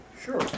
Sure